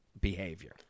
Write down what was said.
behavior